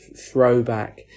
throwback